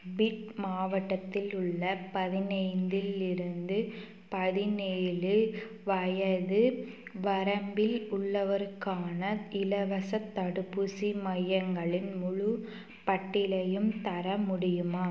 beat மாவட்டத்தில் உள்ள பதினைந்தில் இருந்து பதினேழு வயது வரம்பில் உள்ளவருக்கான இலவசத் தடுப்பூசி மையங்களின் முழு பட்டியலையும் தர முடியுமா